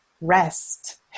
rest